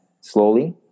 slowly